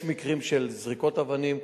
יש מקרים של זריקות אבנים,